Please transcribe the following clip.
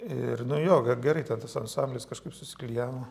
ir nu jo g gerai ten tas ansamblis kažkaip susiklijavo